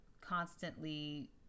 constantly